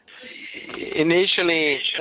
Initially